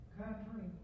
country